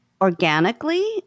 organically